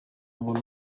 ngo